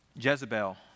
Jezebel